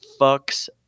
fucks